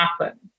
happen